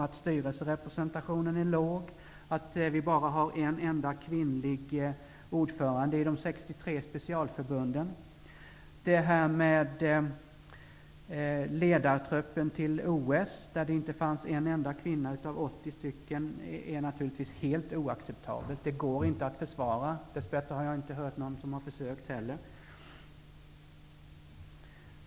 Att andelen kvinnor i styrelserna är låg, att bara ett av de 63 specialförbunden har en kvinnlig ordförande, att det i ledartruppen till OS inte fanns en enda kvinna av 80 stycken, är naturligtvis helt oacceptabelt. Det går inte att försvara. Dess bättre har jag inte hört någon som har försökt heller.